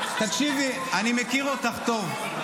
תקשיבי, אני מכיר אותך טוב.